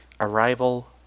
arrival